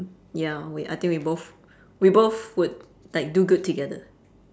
ya we I think we both we both would like do good together